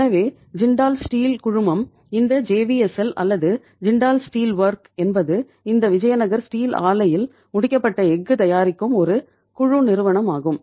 எனவே ஜிண்டால் ஸ்டீல் ஆலையில் முடிக்கப்பட்ட எஃகு தயாரிக்கும் ஒரு குழு நிறுவனமாகும்